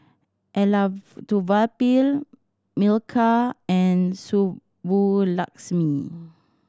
Elattuvalapil Milkha and Subbulakshmi